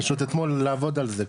פשוט אתמול לעבוד על זה,